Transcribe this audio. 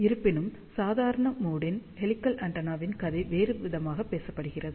இருப்பினும் சாதாரண மோட் ன் ஹெலிகல் ஆண்டெனாவின் கதை வேறுவிதமாக பேச படுகிறது